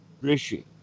Rishi